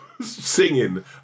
singing